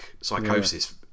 psychosis